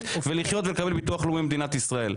ולחיות ולקבל ביטוח לאומי ממדינת ישראל.